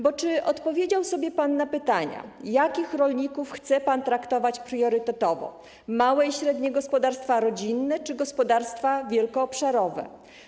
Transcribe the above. Bo czy odpowiedział sobie pan na pytania: Jakich rolników chce pan traktować priorytetowo: małe i średnie gospodarstwa rodzinne czy gospodarstwa wielkoobszarowe?